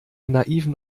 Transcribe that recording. naiven